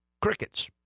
Crickets